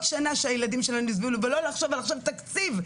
שנה שהילדים שלנו יסבלו" ולא לחשוב עכשיו על תקציבים,